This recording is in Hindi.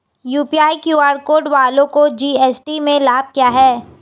यू.पी.आई क्यू.आर कोड वालों को जी.एस.टी में लाभ क्या है?